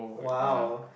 wow